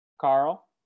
Carl